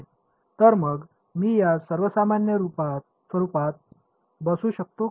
तर मग मी या सर्वसामान्य स्वरूपात बसू शकतो का